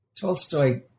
Tolstoy